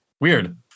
weird